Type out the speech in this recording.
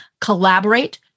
collaborate